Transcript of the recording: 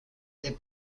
they